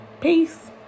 Peace